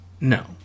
no